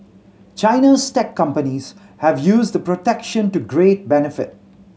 China's tech companies have used the protection to great benefit